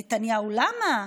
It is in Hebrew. נתניהו: למה?